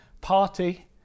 party